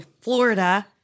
Florida